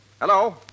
Hello